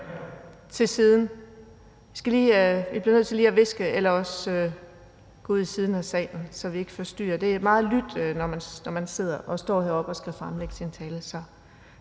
til siden. I bliver nødt til lige at viske eller også gå ud i siden af salen, så det ikke forstyrrer. Der er meget lydt, når man står heroppe og skal holde sin tale.